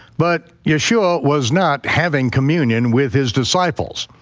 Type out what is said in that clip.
but yeshua was not having communion with his disciples.